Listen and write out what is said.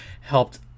helped